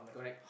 correct